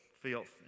filth